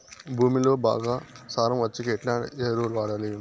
భూమిలో బాగా సారం వచ్చేకి ఎట్లా ఎరువులు వాడాలి?